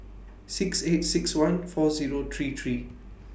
six eight six one four Zero three three